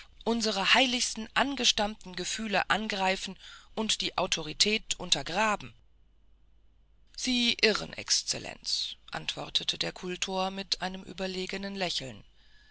unsre heiligsten angestammten gefühle angreifen und die autorität untergraben sie irren exzellenz antwortete der kultor mit einem überlegenen lächeln